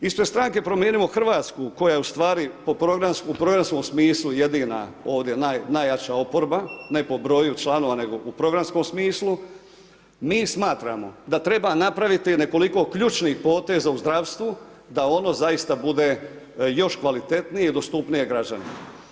Ispred Stranke Promijenimo Hrvatsku koja je u stvari u programskom smislu jedina, ovdje najjača oporba, ne po broju članova nego u programskom smislu mi smatramo da treba napraviti nekoliko ključnih poteza u zdravstvu da ono zaista bude još kvalitetnije i dostupnije građanima.